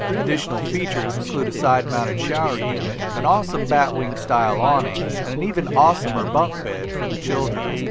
additional features include a side-mounted shower unit, an awesome bat wing-style awning, and an even awesomer bunk bed for the children.